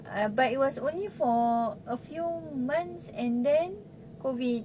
uh but it was only for a few months and then COVID